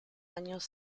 años